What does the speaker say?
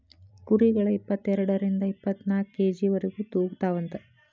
ಕುರಿಗಳ ಇಪ್ಪತೆರಡರಿಂದ ಇಪ್ಪತ್ತನಾಕ ಕೆ.ಜಿ ವರೆಗು ತೂಗತಾವಂತ